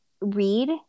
read